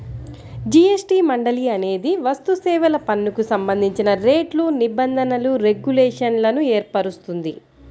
GST మండలి అనేది వస్తుసేవల పన్నుకు సంబంధించిన రేట్లు, నిబంధనలు, రెగ్యులేషన్లను ఏర్పరుస్తుంది